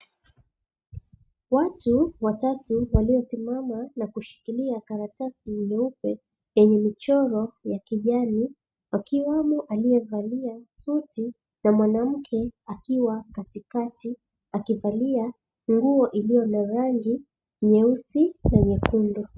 Watu watatu waliosimama na kushikilia karatasi nyeupe yenye michoro ya kijani, akiwamo aliyevalia shoti na mwanamke akiwa katikakati akivalia nguo iliyo na rangi nyeusi na nyekundu.